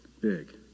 big